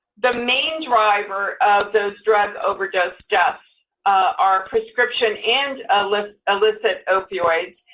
the main driver of those drug overdose deaths are prescription and ah illicit illicit opioids.